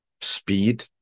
speed